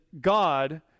God